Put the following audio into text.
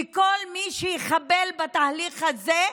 וכל מי שיחבל בתהליך הזה,